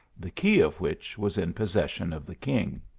the key of which was in possession of the king.